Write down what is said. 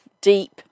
deep